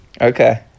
Okay